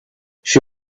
she